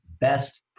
best